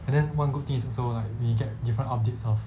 and then one good thing is also like we get different updates of